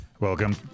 Welcome